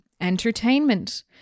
entertainment